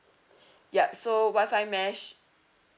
ya so WI-FI mesh